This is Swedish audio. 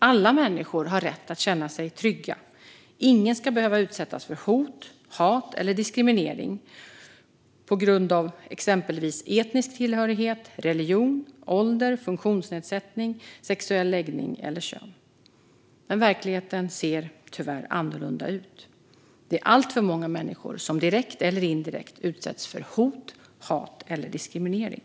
Alla människor har rätt att känna sig trygga, och ingen ska behöva utsättas för hot, hat eller diskriminering på grund av exempelvis etnisk tillhörighet, religion, ålder, funktionsnedsättning, sexuell läggning eller kön. Men verkligheten ser tyvärr annorlunda ut. Det är alltför många människor som direkt eller indirekt utsätts för hot, hat eller diskriminering.